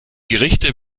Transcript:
gerichte